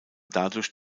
dadurch